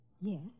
Yes